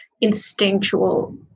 instinctual